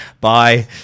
bye